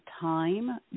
time